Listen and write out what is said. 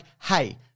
hey